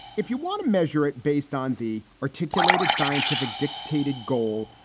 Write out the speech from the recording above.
if you want to measure it based on the articulated scientific dictated goal,